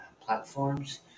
platforms